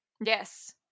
Yes